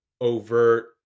overt